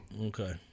Okay